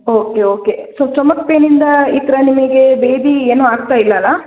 okay okay so stomach ಪೇಯ್ನಿಂದ ಈ ಥರ ನಿಮಗೆ ಭೇದಿ ಏನು ಆಗ್ತಾ ಇಲ್ವಲ್ಲ